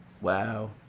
Wow